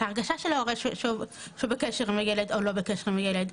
את ההרגשה של ההורה שבקשר עם הילד או לא בקשר עם הילד,